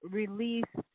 release